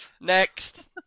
Next